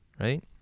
right